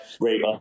Great